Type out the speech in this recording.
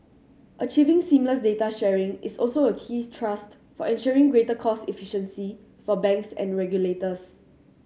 achieving seamless data sharing is also a key thrust for ensuring greater cost efficiency for banks and regulators